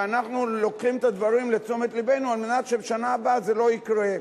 ואנחנו לוקחים את הדברים לתשומת לבנו כדי שבשנה הבאה זה לא יקרה.